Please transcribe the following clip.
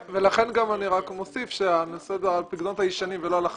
זה על הפיקדונות הישנים ולא על החדשים.